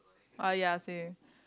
ah ya same